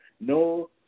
no